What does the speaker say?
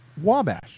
Wabash